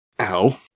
Ow